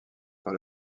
par